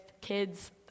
kids